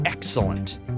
Excellent